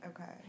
Okay